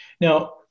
Now